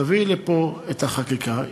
תביאי לפה את החקיקה,